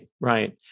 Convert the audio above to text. right